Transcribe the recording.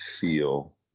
feel